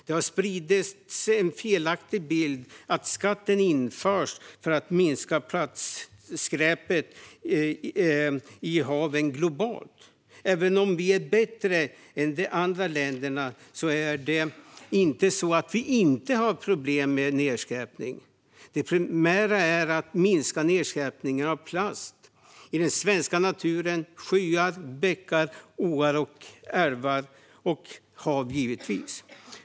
Det har spridits en felaktig bild av att skatten införs för att minska plastskräpet i haven globalt. Även om Sverige är bättre än de andra länderna är det inte så att vi inte har problem med nedskräpning. Det primära är att minska nedskräpningen av plast i den svenska naturen, i sjöar, bäckar, åar, älvar och givetvis hav.